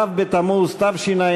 ו' בתמוז התשע"ה,